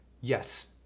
yes